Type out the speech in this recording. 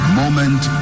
moment